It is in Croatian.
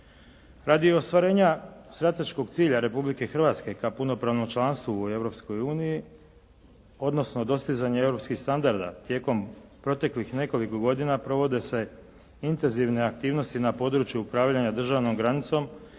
Radi ostvarenja strateškog cilja Republike Hrvatske ka punopravnom članstvu u Europskoj uniji odnosno dostizanje europskih standarda tijekom proteklih nekoliko godina provode se intenzivne aktivnosti na području upravljanja državnom granicom